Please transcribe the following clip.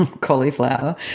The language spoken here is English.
cauliflower